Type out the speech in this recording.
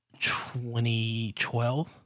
2012